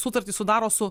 sutartį sudaro su